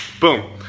boom